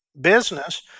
business